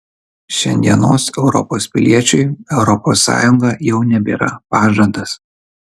šiandienos europos piliečiui europos sąjunga jau nebėra pažadas